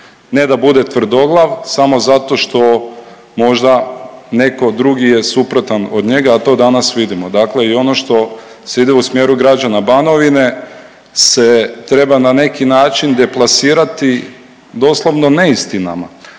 ne da bude tvrdoglav samo zato što možda neko drugi je suprotan od njega, a to danas vidimo. Dakle, i ono što se ide u smjeru građana Banovine se treba na neki način deplasirati doslovno neistinama.